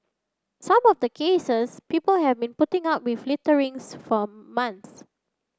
some of the cases people have been putting up with littering for months